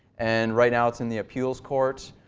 and right now it's in the appeals court.